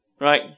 right